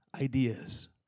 ideas